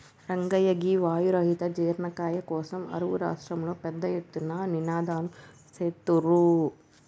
రంగయ్య గీ వాయు రహిత జీర్ణ క్రియ కోసం అరువు రాష్ట్రంలో పెద్ద ఎత్తున నినాదలు సేత్తుర్రు